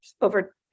over